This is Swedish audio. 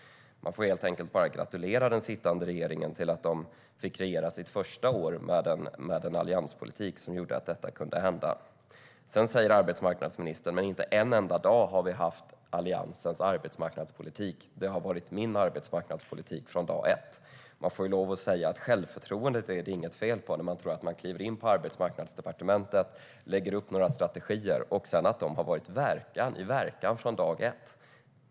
Man får helt enkelt bara gratulera den sittande regeringen till att de fick regera sitt första år med en allianspolitik som gjorde att detta kunde hända. Sedan säger arbetsministern att de inte en enda dag har haft Alliansens arbetsmarknadspolitik. Det har varit min arbetsmarknadspolitik från dag ett, säger hon. Då säger jag att det är inget fel på självförtroendet när man tror att man kliver in på Arbetsmarknadsdepartementet, lägger upp några strategier och så är de i verkan från dag ett.